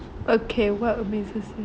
okay what amazes you